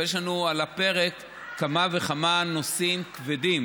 אבל יש לנו על הפרק כמה וכמה נושאים כבדים,